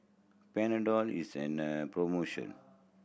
Panadol is an promotion